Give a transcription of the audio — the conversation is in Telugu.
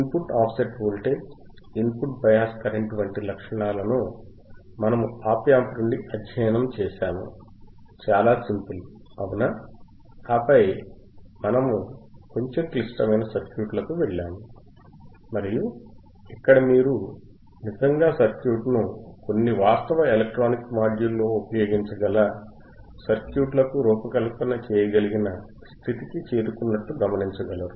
input offset voltage input bias current వంటి లక్షణాలను మనము ఆప్ యాంప్ నుండి అధ్యయనం చేశాము చాలా సింపుల్ అవునా ఆపై మనము కొంచెం క్లిష్టమైన సర్క్యూట్లకు వెళ్ళాము మరియు ఇక్కడ మీరు నిజంగా సర్క్యూట్ను కొన్ని వాస్తవ ఎలక్ట్రానిక్ మాడ్యూల్లో ఉపయోగించగల సర్క్యూట్లకు రూపకల్పన చేయగలిగిన స్థితికి చేరుకున్నట్లు గమనించగలరు